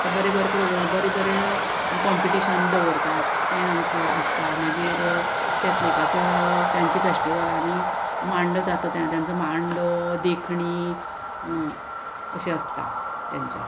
आतां बरे बरे प्रोग्राम बरें बरें कॉम्पिटिशन दवरतात ते आमचे आसता मागीर कॅथलिकाचो तांची फेस्टिवलानी मांडो जाता तेंचो मांडो देखणी अशें आसता तेंचे